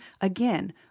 again